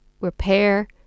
repair